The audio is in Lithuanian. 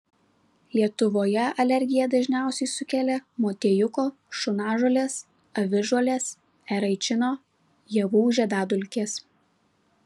lietuvoje alergiją dažniausiai sukelia motiejuko šunažolės avižuolės eraičino javų žiedadulkės